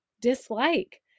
dislike